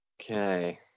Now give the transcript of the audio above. Okay